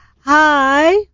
Hi